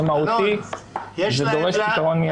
זה מהותי וזה דורש פתרון מיידי.